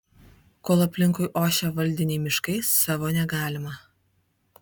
kol aplinkui ošia valdiniai miškai savo negalima